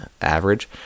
average